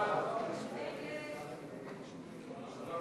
סעיף מס' 12